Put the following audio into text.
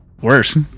worse